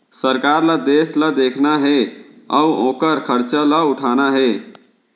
सरकार ल देस ल देखना हे अउ ओकर खरचा ल उठाना हे